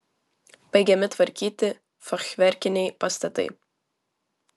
baigiami tvarkyti fachverkiniai pastatai